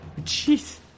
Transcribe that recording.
jeez